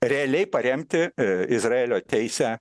realiai paremti izraelio teisę